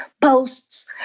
posts